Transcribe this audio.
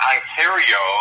Ontario